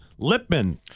Lipman